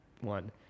one